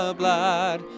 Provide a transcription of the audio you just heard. blood